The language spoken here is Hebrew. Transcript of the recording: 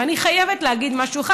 ואני חייבת להגיד משהו אחד,